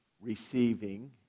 receiving